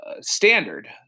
Standard